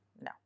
No